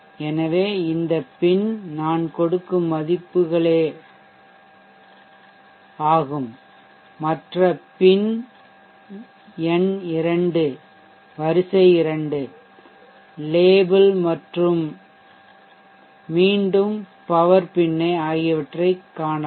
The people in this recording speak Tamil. எனவே இந்த PIN நான் கொடுக்கும் மதிப்புகளே இவை மற்ற PIN எண் 2 வரிசை 2 லேபிள் மற்றும் மீண்டும் பவர் PIN ஆகியவற்றைக் காணலாம்